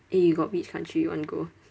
eh you got which country you want to go